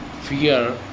fear